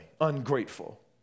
ungrateful